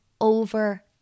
over